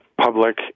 public